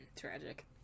Tragic